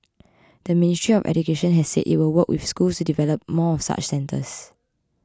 the Ministry of Education has said it will work with schools to develop more such centres